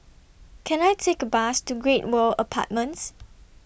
Can I Take A Bus to Great World Apartments